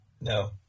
No